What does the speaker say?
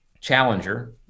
Challenger